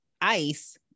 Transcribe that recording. ice